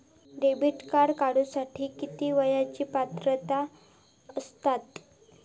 Debit card काढूसाठी किती वयाची पात्रता असतात?